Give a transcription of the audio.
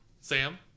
Sam